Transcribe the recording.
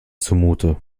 zumute